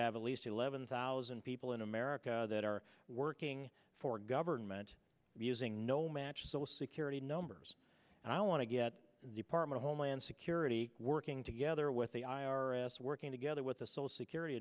have at least eleven thousand people in america that are working for government using no match social security numbers and i want to get department homeland security working together with the i r s working together with the social security